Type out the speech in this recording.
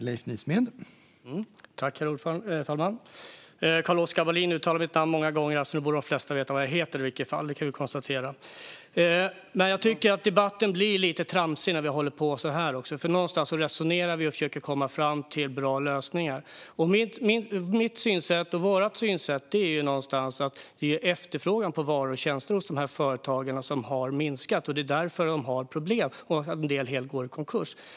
Herr talman! Carl-Oskar Bohlin uttalade mitt namn många gånger, så nu borde de flesta i alla fall veta vad jag heter. Jag tycker att debatten blir lite tramsig när vi håller på så här. Vi resonerar och försöker komma fram till bra lösningar. Mitt och vårt synsätt är att det är efterfrågan på varor och tjänster hos de här företagarna som har minskat. Det är därför de har problem som gör att en hel del går i konkurs.